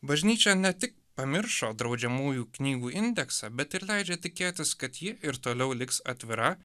bažnyčia ne tik pamiršo draudžiamųjų knygų indeksą bet ir leidžia tikėtis kad ji ir toliau liks atvira